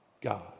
God